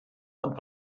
und